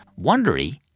Wondery